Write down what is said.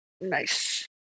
Nice